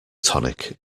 tonic